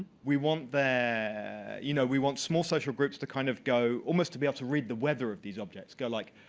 we want their you know, we want small social groups to kind of go, almost to be able to read the weather of these objects. go, like,